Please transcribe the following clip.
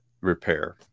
repair